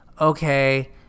okay